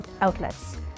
Outlets